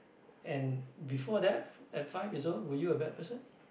and before that at five years old were you a bad person